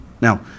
now